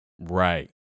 right